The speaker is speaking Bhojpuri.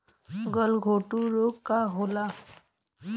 गलघोंटु रोग का होला?